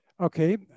Okay